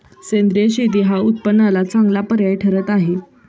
सेंद्रिय शेती हा उत्पन्नाला चांगला पर्याय ठरत आहे